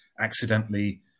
accidentally